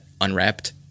unwrapped